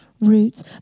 roots